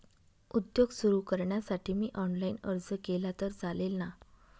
उद्योग सुरु करण्यासाठी मी ऑनलाईन अर्ज केला तर चालेल ना?